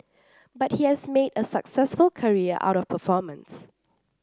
but he has made a successful career out of performance